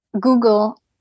Google